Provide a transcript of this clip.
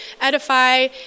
edify